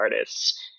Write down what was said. artists